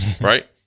right